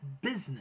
business